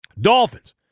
Dolphins